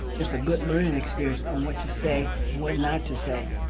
it's a good learning experience on what to say and what not to say.